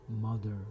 mother